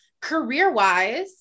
career-wise